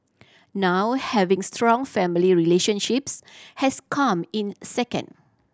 now having strong family relationships has come in second